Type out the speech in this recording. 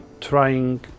trying